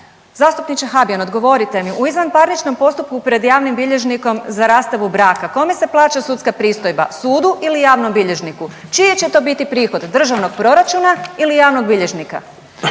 Zastupniče Habijan, odgovorite mi, u izvanparničnom postupku pred javnim bilježnikom za rastavu braka, kome se plaća sudska pristojba, sudu ili javnom bilježniku? Čiji će to biti prihod? Državnog proračuna ili javnog bilježnika?